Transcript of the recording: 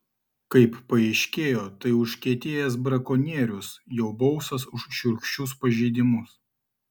kaip paaiškėjo tai užkietėjęs brakonierius jau baustas už šiurkščius pažeidimus